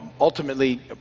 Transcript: ultimately